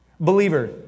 Believer